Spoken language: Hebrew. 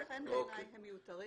לכן בעיני הם מיותרים.